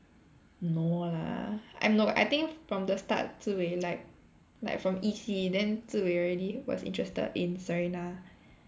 no lah I no I think from the start Zi Wei like like from E_C then Zi Wei already was interested in Serena